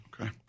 Okay